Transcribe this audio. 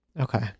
Okay